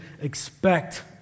expect